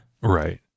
Right